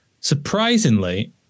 surprisingly